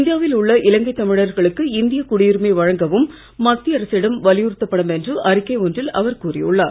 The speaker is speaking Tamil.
இந்தியாவில் உள்ள இலங்கை தமிழர்களுக்கு இந்திய குடியுரிமை வழங்கவும் மத்திய அரசிடம் வலியுறுத்தப்படும் என்று அறிக்கை ஒன்றை அவர் கூறியுள்ளார்